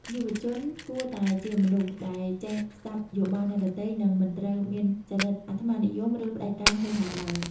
យុវជនគួរតែ "ជាមនុស្សដែលចេះស្ដាប់យោបល់អ្នកដទៃ" និងមិនត្រូវមានចរិតអាត្មានិយម ឬផ្ដាច់ការហួសហេតុឡើយ។